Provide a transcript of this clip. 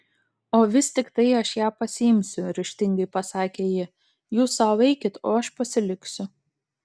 o vis tiktai aš ją pasiimsiu ryžtingai pasakė ji jūs sau eikit o aš pasiliksiu